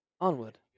Onward